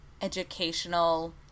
educational